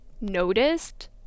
noticed